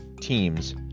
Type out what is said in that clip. teams